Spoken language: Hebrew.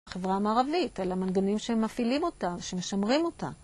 חברה מערבית, אלא מנגנים שהם מפעילים אותה, שמשמרים אותה.